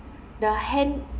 the hand~